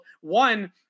one